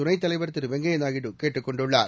துணைத் தலைவர் திரு வெங்கய்யா நாயுடு கேட்டுக் கொண்டுள்ளார்